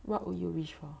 what would you wish for